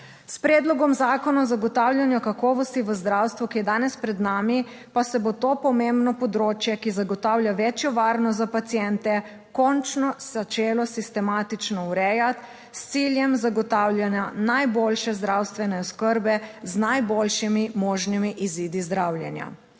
S predlogom zakona o zagotavljanju kakovosti v zdravstvu, ki je danes pred nami pa se bo to pomembno področje, ki zagotavlja večjo varnost za paciente, končno začelo sistematično urejati, s ciljem zagotavljanja najboljše zdravstvene oskrbe, z najboljšimi možnimi **56.